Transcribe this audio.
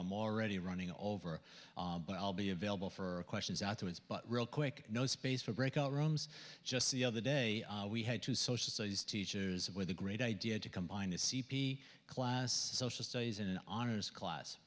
i'm already running over all be available for questions out to us but real quick no space for breakout rooms just the other day we had to social studies teachers with a great idea to combine the c p class social studies in an honors class